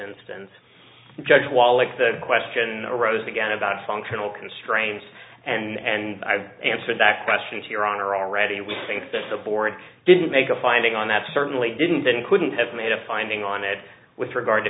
instance judge wallach the question arose again about functional constraints and i've answered that question to your honor already we think that the board didn't make a finding on that certainly didn't didn't couldn't have made a finding on it with regard to